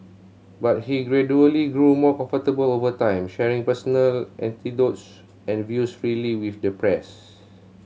but he gradually grew more comfortable over time sharing personal anecdotes and views freely with the press